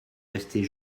rester